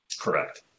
Correct